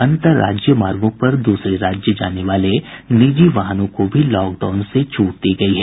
अंतरराज्जीय मार्गों पर दूसरे राज्य जाने वाले निजी वाहनों को भी लॉकडाउन से छूट दी गयी है